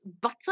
butter